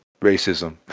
racism